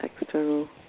external